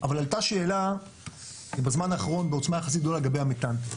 אבל עלתה שאלה בזמן האחרון בעוצמה יחסית גדול לגבי המתאן.